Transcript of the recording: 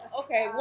okay